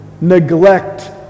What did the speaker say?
neglect